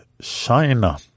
China